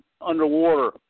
underwater